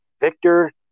Victor